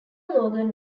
logan